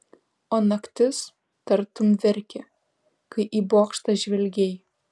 o naktis tartum verkė kai į bokštą žvelgei